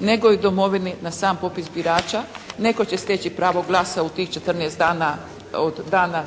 nego i u domovini na sam popis birača. Netko će steći pravo glasa u tih 14 dana od dana